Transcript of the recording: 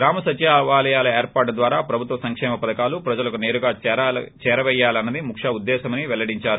గ్రామ సచివాలయాల ఏర్పాటు ద్వారా ప్రభుత్వ సంకేమ పథకాలు ప్రజలకు నేరుగా చేరవేయాలన్నది ముఖ్య ఉద్దేశ్వంగా పెల్లడిందారు